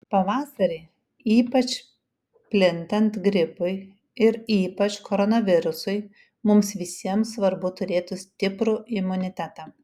pavasarį ypač plintant gripui ir ypač koronavirusui mums visiems svarbu turėti stiprų imunitetą